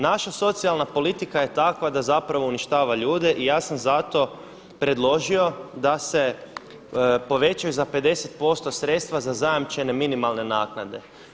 Naša socijalna politika je takva da zapravo uništava ljude i ja sam zato predložio da se povećaju za 50 posto sredstva za zajamčene minimalne naknade.